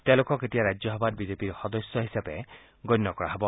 তেওঁলোকক এতিয়া ৰাজ্যসভাত বিজেপিৰ সদস্য হিচাপে গণ্য কৰা হ'ব